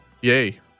Yay